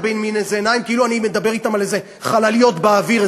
במין עיניים כאילו אני מדבר אתם על איזה חלליות באוויר,